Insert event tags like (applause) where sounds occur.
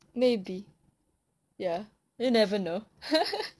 maybe ya we'll never know (laughs)